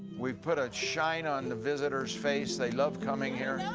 we've put a shine on the visitor's face, they love coming here. yeah